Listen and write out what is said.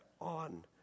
on